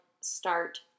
start